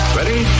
Ready